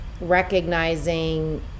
recognizing